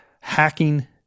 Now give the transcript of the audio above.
hacking